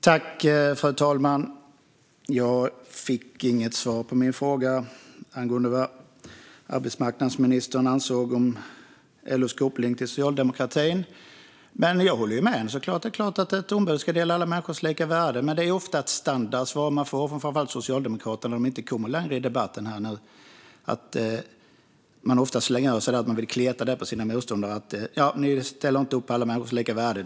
Fru talman! Jag fick inget svar på min fråga angående vad arbetsmarknadsministern ansåg om LO:s koppling till socialdemokratin, men jag håller såklart med henne. Det är klart att ett ombud ska stå upp för alla människors lika värde, men det är ofta ett standardsvar man får från framför allt Socialdemokraterna när de inte kommer längre i debatten. De slänger ofta ur sig det. De vill kleta det på sina motståndare: Ni står inte upp för alla människors lika värde.